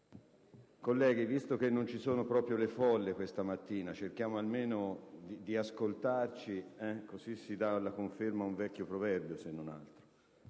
Colleghi, visto che non ci sono proprio le folle, questa mattina, cerchiamo almeno di ascoltarci, così si dà la conferma ad un vecchio proverbio, se non altro.